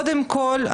קודם כול,